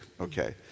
okay